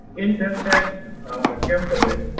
internet gambling.